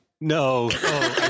No